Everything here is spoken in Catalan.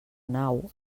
nau